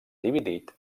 dividit